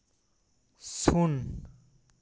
ᱥᱩᱱ